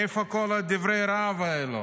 מאיפה כל דברי הרהב האלה?